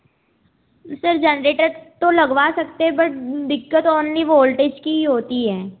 sir generator तो लगवा सकते हैं बट दिक्कत ओनली वोल्टेज की ही होती है